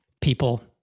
people